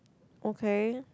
okay